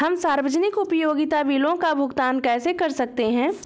हम सार्वजनिक उपयोगिता बिलों का भुगतान कैसे कर सकते हैं?